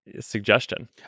suggestion